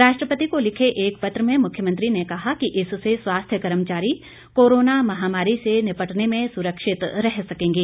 राष्ट्रपति को लिखे एक पत्र में मुख्यमंत्री ने कहा कि इससे स्वास्थ्य कर्मचारी कोरोना महामारी से निपटने में सुरक्षित रह सकेंगे